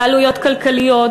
בעלויות כלכליות,